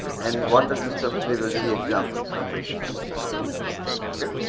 and what the system is we will see examples of the systems as we go will on.